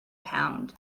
pound